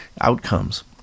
outcomes